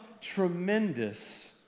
tremendous